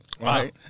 right